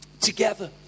together